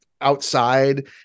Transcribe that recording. outside